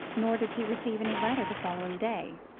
nor did he receive any letter the following day.